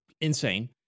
insane